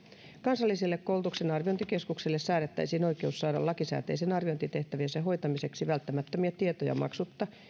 kansalliselle koulutuksen arviointikeskukselle säädettäisiin oikeus saada lakisääteisten arviointitehtäviensä hoitamiseksi välttämättömiä tietoja maksutta